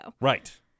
Right